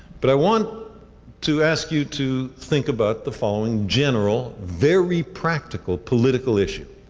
but i want to ask you to think about the following general, very practical, political issue.